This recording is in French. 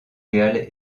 real